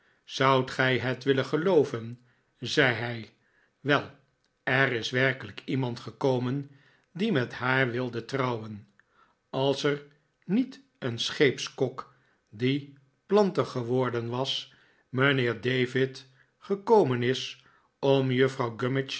zoudt gij het willen gelooven zei hij wel er is werkelijk iemand gekomen die met haar wilde trouwen als er niet een scheepskok die planter geworden was mijnheer david gekomen is om juffrouw